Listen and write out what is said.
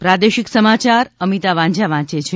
પ્રાદેશિક સમાચાર અમિતા વાંઝા વાંચે છે